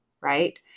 right